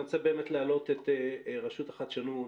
אני רוצה באמת להעלות את רשות החדשנות,